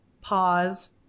Pause